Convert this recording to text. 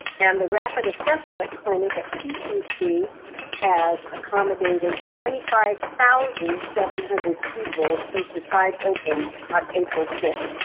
and the rapid assessment clinic at pcc has accommodated twenty five thousand seven hundred people since the site opened on april sixth.